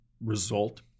result